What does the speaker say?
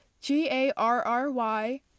G-A-R-R-Y